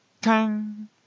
tang